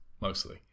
mostly